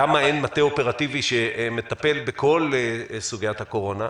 למה אין מטה אופרטיבי שמטפל בכל סוגיית הקורונה.